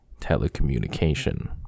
telecommunication